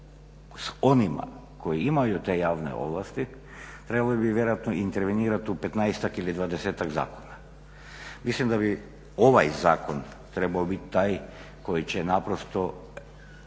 s onima koji imaju te ovlasti trebalo bi vjerojatno intervenirati u petnaestak ili dvadesetak zakona. Mislim da bi ovaj zakon trebao biti taj koji će naprosto